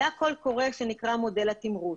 היה קול קורא שנקרא מודל התמרוץ.